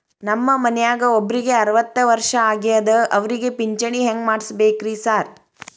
ನಮ್ ಮನ್ಯಾಗ ಒಬ್ರಿಗೆ ಅರವತ್ತ ವರ್ಷ ಆಗ್ಯಾದ ಅವ್ರಿಗೆ ಪಿಂಚಿಣಿ ಹೆಂಗ್ ಮಾಡ್ಸಬೇಕ್ರಿ ಸಾರ್?